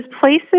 places